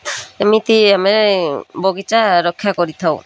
ଏମିତି ଆମେ ବଗିଚା ରକ୍ଷା କରିଥାଉ